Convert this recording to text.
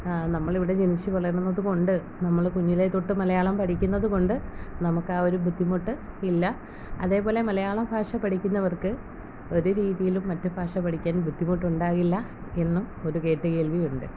നമ്മൾ ഇവിടെ ജനിച്ച് വളർന്നത് കൊണ്ട് നമ്മൾ കുഞ്ഞിലേ തൊട്ട് മലയാളം പഠിക്കുന്നത് കൊണ്ട് നമുക്ക് ആ ഒരു ബുദ്ധിമുട്ട് ഇല്ല അതേപോലെ മലയാള ഭാഷ പഠിക്കുന്നവർക്ക് ഒരു രീതിയിലും മറ്റ് ഭാഷ പഠിക്കാൻ ബുദ്ധിമുട്ടുണ്ടാകില്ല എന്നും ഒരു കേട്ടു കേൾവിയുണ്ട്